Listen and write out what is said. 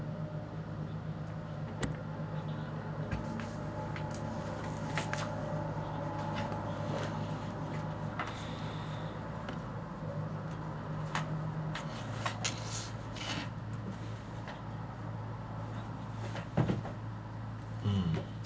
um